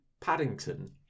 Paddington